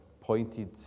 pointed